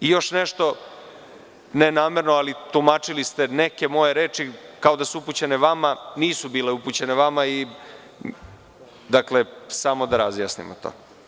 Još nešto ne namerno, ali tumačili ste neke moje reči kao da su upućene vama, nisu bile upućene vama i dakle samo da razjasnimo to.